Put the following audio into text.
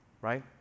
right